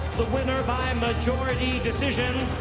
the winner by majority decision,